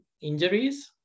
injuries